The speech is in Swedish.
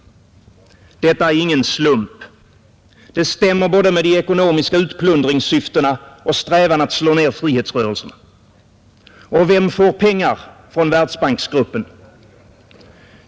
Detta är ingen slump. Det stämmer både med de ekonomiska utplundringssyftena och med strävan att slå ner frihetsrörelserna. Och vem får pengar från Världsbanksgruppen?